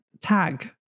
tag